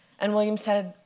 and william said,